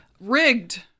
Rigged